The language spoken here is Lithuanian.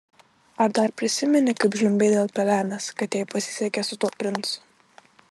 ar dar prisimeni kaip žliumbei dėl pelenės kad jai pasisekė su tuo princu